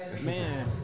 man